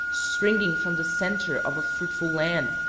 springing from the centre of a fruitful land,